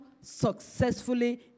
successfully